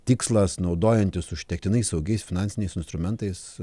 tikslas naudojantis užtektinai saugiais finansiniais instrumentais